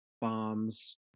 bombs